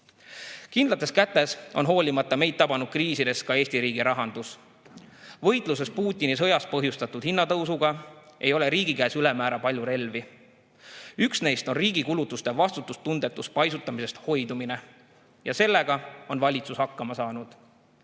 kätes. Kindlates kätes on hoolimata meid tabanud kriisidest ka Eesti riigi rahandus. Võitluses Putini sõjast põhjustatud hinnatõusuga ei ole riigi käes ülemäära palju relvi. Üks neist on riigikulutuste vastutustundetust paisutamisest hoidumine ja sellega on valitsus hakkama saanud.